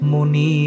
Muni